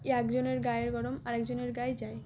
একজনের গায়ের গরম আরেকজনের গায়ে যায়